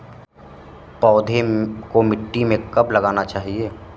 पौधें को मिट्टी में कब लगाना चाहिए?